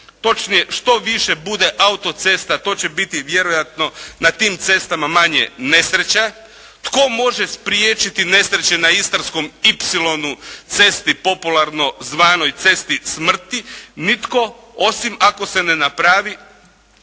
točnije što više bude autocesta, to će biti vjerojatno na tim cestama manje nesreća. Tko može spriječiti nesreće na Istarskom ipsilonu, cesti popularno zvanoj cesti smrti? Nitko osim ako se ne napravi